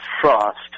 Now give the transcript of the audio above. frost